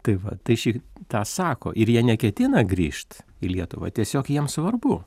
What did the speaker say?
tai va tai šį tą sako ir jie neketina grįžt į lietuvą tiesiog jiems svarbu